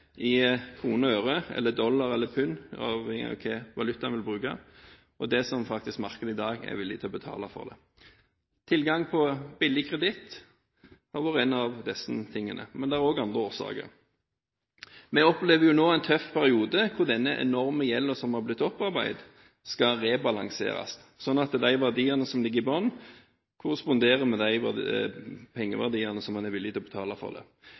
i kroner og øre, eller dollar, pund – avhengig av hvilken valuta man vil bruke – enn det som markedet i dag faktisk er villig til å betale for det. Tilgang på billig kreditt har vært en av disse tingene, men det er også andre årsaker. Vi opplever nå en tøff periode, hvor denne enorme gjelden som har blitt opparbeidet, skal rebalanseres, sånn at de verdiene som ligger i bunn, korresponderer med de pengeverdiene som man er villig til å betale for. Det